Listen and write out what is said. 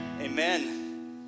amen